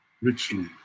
richly